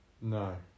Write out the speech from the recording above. No